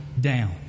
down